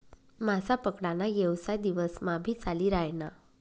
मासा पकडा ना येवसाय दिवस मा भी चाली रायना